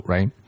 Right